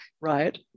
right